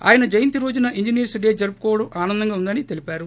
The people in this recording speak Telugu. ఆయన జయంతి రోజున ఇంజినీర్ప్ డే జరుపుకోవడం ఆనందంగా ఉందని తెలిపారు